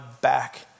back